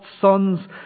sons